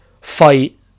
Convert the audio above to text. fight